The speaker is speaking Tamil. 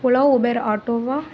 ஓலா உபெர் ஆட்டோவா